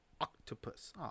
octopus